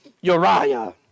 Uriah